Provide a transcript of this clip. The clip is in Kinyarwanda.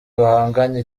bahanganye